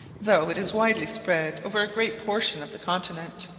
though it is widely spread over a great portion of the continent.